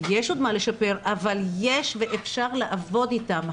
יש עוד מה לשפר אבל יש ואפשר לעבוד איתם.